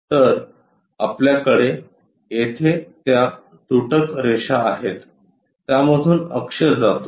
तर आपल्याकडे येथे त्या तुटक रेषा आहेत त्यामधून अक्ष जातो